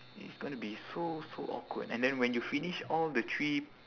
it's gonna be so so awkward and then when you finish all the three